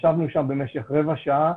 ישבנו שם בסך הכול רבע שעה,